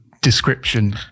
Description